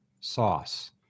sauce